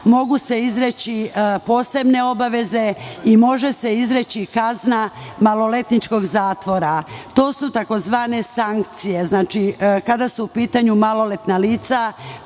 mogu se izreći posebne obaveze i može se izreći kazna maloletničkog zatvora. To su takozvane sankcije. Znači, kada su u pitanju maloletna lica,